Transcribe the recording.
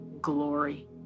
glory